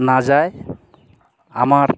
না যায় আমার